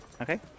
Okay